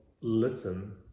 listen